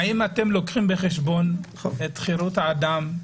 האם אתם לוקחים בחשבון את חירות האדם?